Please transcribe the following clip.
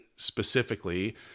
Specifically